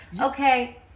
Okay